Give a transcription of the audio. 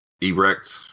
Erect